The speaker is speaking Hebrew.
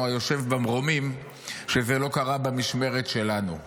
היושב במרומים שזה לא קרה במשמרת שלנו.